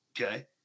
okay